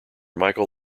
michael